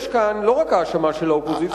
יש כאן לא רק האשמה של האופוזיציה,